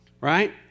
right